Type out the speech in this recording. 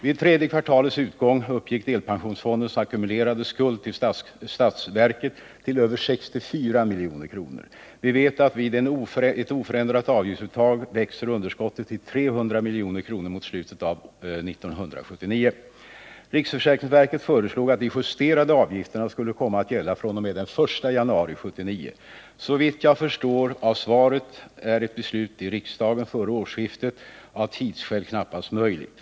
Vid tredje kvartalets utgång uppgick delpensionsfondens ackumulerade skuld till statsverket till över 64 milj.kr. Vi vet att vid ett oförändrat avgiftsuttag växer underskottet till 300 milj.kr. mot slutet av 1979. Riksförsäkringsverket föreslog att de justerade avgifterna skulle komma att gälla fr.o.m. den 1 januari 1979. Såvitt jag förstår av svaret är ett beslut i riksdagen före årsskiftet av tidsskäl knappast möjligt.